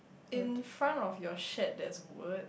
in front of your shirt there is a wood